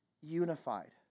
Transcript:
unified